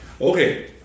Okay